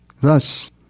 Thus